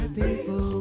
people